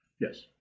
Yes